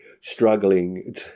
struggling